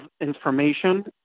information